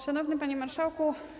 Szanowny Panie Marszałku!